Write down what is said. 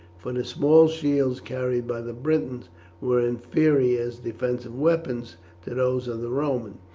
for the small shields carried by the britons were inferior as defensive weapons to those of the romans,